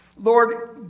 Lord